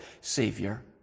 Savior